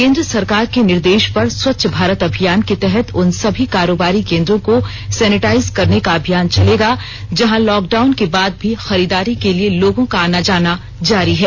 केंद्र सरकार के निर्देश पर स्वच्छ भारत अभियान के तहत उन सभी कारोबारी केंद्रों को सेनिटाइज करने का अभियान चलेगा जहां लॉकडाउन के बाद भी खरीदारी के लिए लोगों का आना जाना जारी है